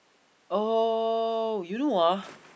oh you know ah